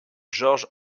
george